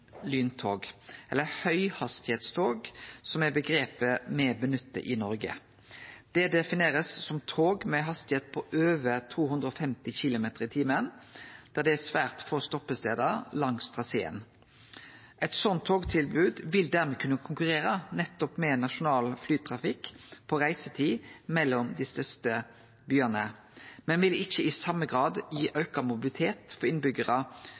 lyntog, eller høghastigheitstog, som er omgrepet me nyttar i Noreg. Det er definert som tog med hastigheit på over 250 km/t, der det er svært få stoppestader langs traseen. Eit sånt togtilbod vil dermed kunne konkurrere nettopp med nasjonal flytrafikk på reisetid mellom dei største byane, men vil ikkje i same grad gi auka mobilitet for